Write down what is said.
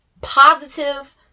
positive